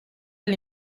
del